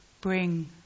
bring